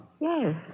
Yes